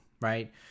right